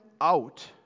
out